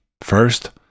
First